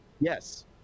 Yes